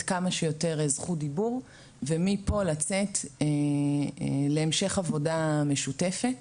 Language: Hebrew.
כמה שיותר זכות דיבור ומפה לצאת להמשך עבודה משותפת